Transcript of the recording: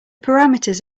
parameters